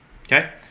Okay